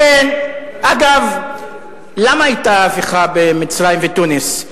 אגב, למה היתה הפיכה במצרים ותוניס?